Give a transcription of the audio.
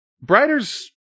Brighter's